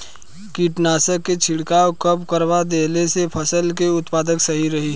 कीटनाशक के छिड़काव कब करवा देला से फसल के उत्पादन सही रही?